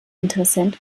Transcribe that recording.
interessent